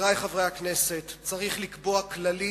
חברי חברי הכנסת, צריך לקבוע כללים